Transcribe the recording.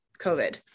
COVID